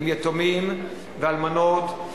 עם יתומים ואלמנות.